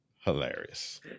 Hilarious